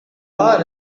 are